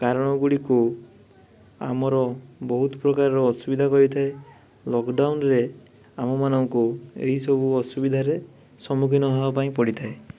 କାରଣ ଗୁଡ଼ିକୁ ଆମର ବହୁତ ପ୍ରକାର ଅସୁବିଧା କରେଇଥାଏ ଲକଡାଉନ୍ରେ ଆମ ମାନଙ୍କୁ ଏହିସବୁ ଅସୁବିଧାରେ ସମ୍ମୁଖୀନ ହବା ପାଇଁ ପଡ଼ିଥାଏ